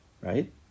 Right